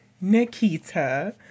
Nikita